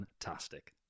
Fantastic